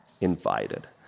invited